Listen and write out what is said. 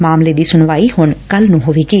ਮਾਮਲੇ ਦੀ ਸੁਣਵਾਈ ਹੁਣ ਕੱਲੂ ਨੂੰ ਹੋਵੇਗੀ